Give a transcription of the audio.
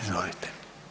Izvolite.